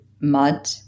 mud